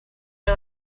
are